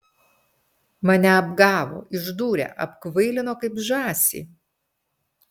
mane apgavo išdūrė apkvailino kaip žąsį